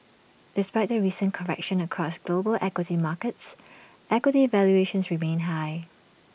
despite the recent correction across global equity markets equity valuations remain high